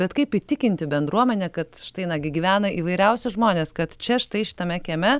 bet kaip įtikinti bendruomenę kad štai nagi gyvena įvairiausi žmones kad čia štai šitame kieme